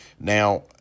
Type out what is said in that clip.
Now